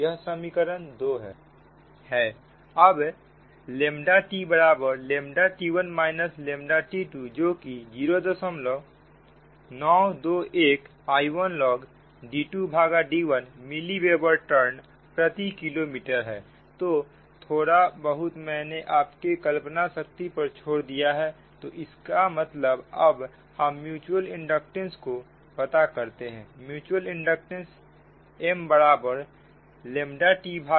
यह समीकरण 2 है अब T बराबर T1 T2जोकि 0921 I l log d2 भागा d1 मिली वेबर टर्न प्रति किलोमीटर है तो थोड़ा बहुत मैंने आपके कल्पना शक्ति पर छोड़ दिया है तो इसका मतलब अब हम म्युचुअल इंडक्टेंस को पता करते हैं म्युचुअल इंडक्टेंस m बराबर T I